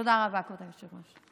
תודה רבה, כבוד היושב-ראש.